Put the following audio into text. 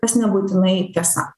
kas nebūtinai tiesa